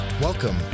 Welcome